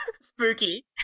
Spooky